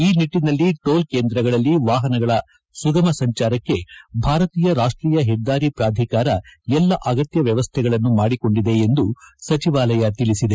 ಈ ನಿಟ್ಟಿನಲ್ಲಿ ಟೋಲ್ ಕೇಂದ್ರಗಳಲ್ಲಿ ವಾಹನಗಳ ಸುಗಮ ಸಂಚಾರಕ್ಕೆ ಭಾರತೀಯ ರಾಷ್ಟೀಯ ಹೆದ್ದಾರಿ ಪಾಧಿಕಾರ ಎಲ್ಲಾ ಅಗತ್ಯ ವ್ಯವಸ್ಥೆಗಳನ್ನು ಮಾಡಿಕೊಂಡಿದೆ ಎಂದು ಸಚಿವಾಲಯ ತಿಳಿಸಿದೆ